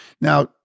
Now